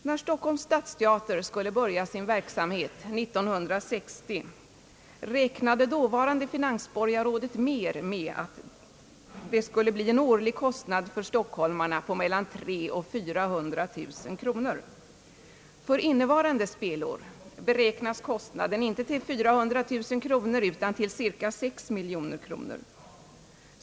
När Stockholms stadsteater skulle börja sin verksamhet 1960 räknade dåvarande finansborgarrådet Mehr med att det skulle bli en årlig kostnad för stockholmarna på mellan 300 000 och 409 000 kronor. För innevarande spelår beräknas kostnaderna inte till 400 000 kronor utan till cirka 6 miljoner kronor.